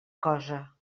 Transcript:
cosa